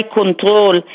control